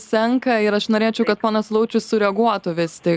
senka ir aš norėčiau kad ponas laučius sureaguotų vis tik